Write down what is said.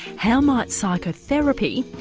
how might psychotherapy,